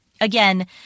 Again